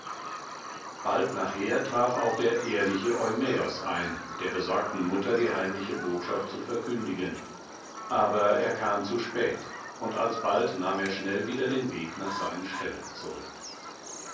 bald nachher traf auch der ehrliche eumäos ein der besorgten mutter die heimliche botschaft zu verkündigen aber er kam zu spät und alsbald nahm er schnell wieder den weg nach seinen ställen zurück